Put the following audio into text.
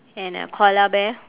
and a koala bear